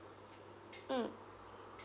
mm